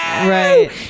Right